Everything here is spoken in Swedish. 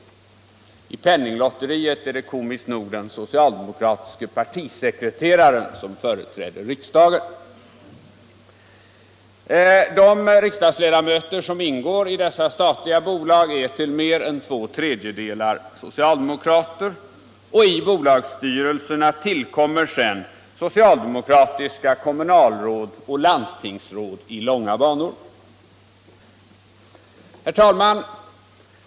I Penninglotteriet är det komiskt nog den socialdemokratiska partisekreteraren som företräder riksdagen. De riksdagsmän som ingår i dessa statliga bolag är till mer än två tredjedelar socialdemokrater. I bolagsstyrelserna tillkommer sedan socialdemokratiska kommunalråd och landstingsråd i långa banor.